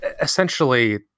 Essentially